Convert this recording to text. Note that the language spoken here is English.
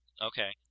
Okay